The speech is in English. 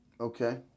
Okay